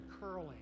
curling